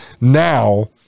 now